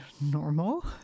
normal